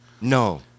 No